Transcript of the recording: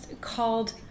called